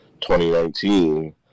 2019